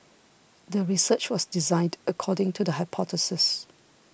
the research was designed according to the hypothesis